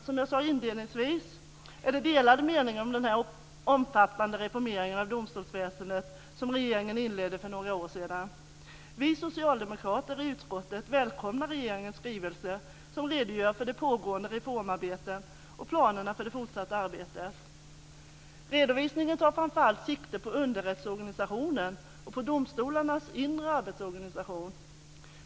Som jag sade inledningsvis är det delade meningar om den omfattande reformering av domstolsväsendet som regeringen inledde för några år sedan. Vi socialdemokrater i utskottet välkomnar regeringens skrivelse, där det redogörs för det pågående reformarbetet och planerna för det fortsatta arbetet. Redovisningen tar framför allt sikte på underrättsorganisationen och på domstolarnas inre arbetsorganisation.